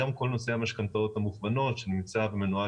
גם כל נושא המשכנתאות המוכוונות שנמצא ומנוהל